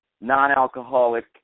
non-alcoholic